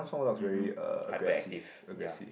mmhmm hyperactive ya